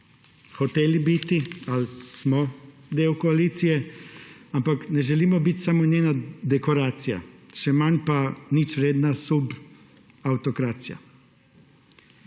hoteli biti ali smo del koalicije, ampak ne želimo biti samo njena dekoracija, še manj pa ničvredna subavtokracija.